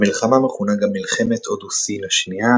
המלחמה מכונה גם "מלחמת הודו־סין השנייה",